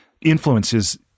influences